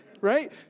Right